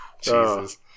Jesus